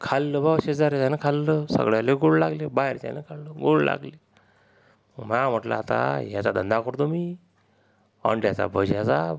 खाल्लं बा शेजारच्याने खाल्लं सगळ्याला गोड लागले बाहेरच्यानं खाल्लं गोड लागले मी म्हटलं आता याचा धंदा करतो मी अंड्याचा भज्याचा